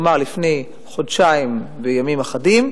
כלומר לפני חודשיים וימים אחדים,